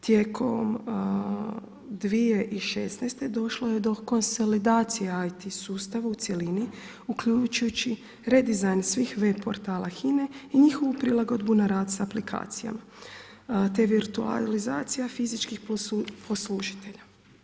Tijekom 2016. došlo je do konsolidacije IT sustava u cjelini uključujući redizajn svih web portala HINA-e i njihovu prilagodbu na rad sa aplikacijama te virtualizacija fizičkih poslužitelja.